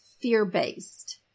fear-based